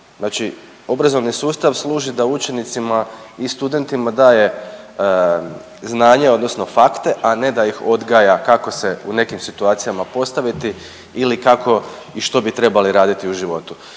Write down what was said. Znači obrazovni sustav služi da učenicima i studentima daje znanje odnosno fakte, a ne da ih odgaja kako se u nekim situacijama postaviti ili kako i što bi trebali raditi u životu.